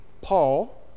Paul